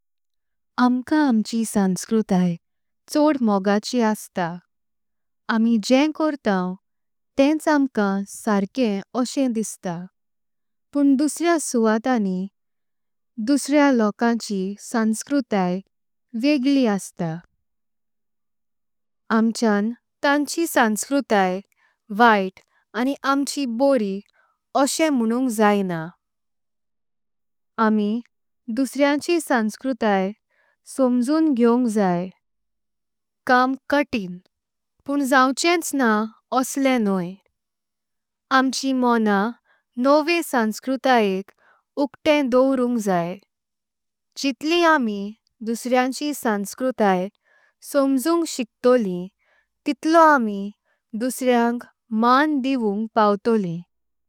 आमकां आमची संस्कृतीचो प्रेम असता आमी जें। करतां तेच आमकां सर्के उक्से दिस्ता पण दुसऱ्यांच्या। सवयांनी दुसऱ्या लोकांची संस्कृती वेगळी असता। आमच्या तांची संस्कृती वाईट आणि आमची बरी असा। म्हणूं शकत न आमी दुसऱ्यांची संस्कृती समजून घेऊनक। जाई काम कठीण पण जाणवचच ना असेल नाही। आमची मने नवी संस्कृतीक उघटे दोवरूं क जाई। जितली आमी दुसऱ्यांची संस्कृती समजून शिकतलो। तितलो आमी दुसऱ्या लोकांक मान देऊनक पावतीलोम।